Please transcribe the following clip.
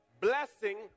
blessing